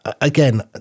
Again